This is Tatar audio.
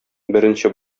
беренче